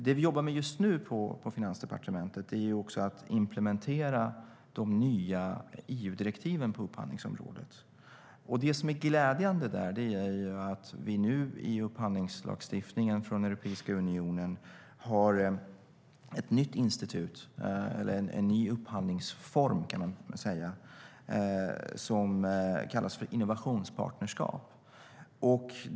Det vi jobbar med just nu på Finansdepartementet är att implementera de nya EU-direktiven på upphandlingsområdet. Det som är glädjande där är att vi nu i upphandlingslagstiftningen från Europeiska unionen har en ny upphandlingsform som kallas för innovationspartnerskap.